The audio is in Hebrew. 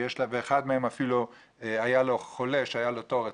אחד מהם אפילו היה חולה והראה שיש לו תור לרופאה,